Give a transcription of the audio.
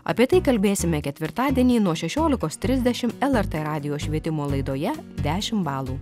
apie tai kalbėsime ketvirtadienį nuo šešiolikos trisdešimt lrt radijo švietimo laidoje dešimt balų